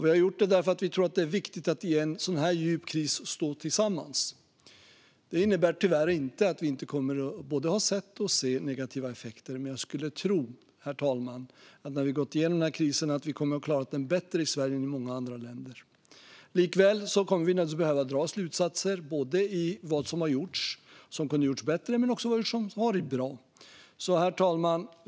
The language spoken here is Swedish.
Vi har gjort det för vi tror att det är viktigt att i en djup kris stå tillsammans. Det innebär tyvärr inte att vi inte kommer att ha sett och se negativa effekter. Men jag skulle tro att vi, när vi har gått igenom krisen, kommer att ha klarat den bättre i Sverige än många andra länder har gjort. Likväl kommer vi naturligtvis att behöva dra slutsatser om vad som har gjorts som kunde ha gjorts bättre men också sådant som har varit bra. Herr talman!